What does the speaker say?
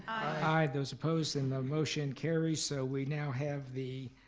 aye. those opposed, and no, motion carries. so we now have the